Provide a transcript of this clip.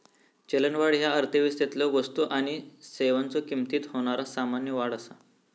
चलनवाढ ह्या अर्थव्यवस्थेतलो वस्तू आणि सेवांच्यो किमतीत होणारा सामान्य वाढ असा